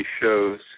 shows